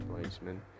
placement